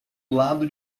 lado